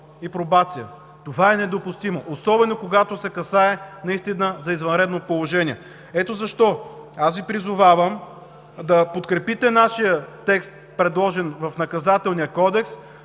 и пробация. Това е недопустимо, особено когато се касае за извънредно положение. Ето защо Ви призовавам да подкрепите нашия текст, предложен в Наказателния кодекс,